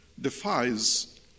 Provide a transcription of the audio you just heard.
defies